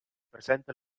presenta